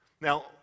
Now